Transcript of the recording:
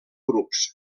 grups